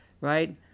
right